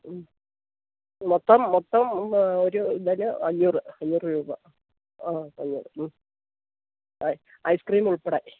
മ്മ് മൊത്തം മൊത്തം ഒരു ഇതില് അഞ്ഞൂറ് അഞ്ഞൂറ് രൂപ ആ അഞ്ഞൂറ് മ്മ് ഐസ്ക്രീമുൾപ്പെടെ